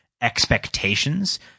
expectations